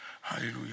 Hallelujah